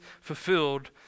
fulfilled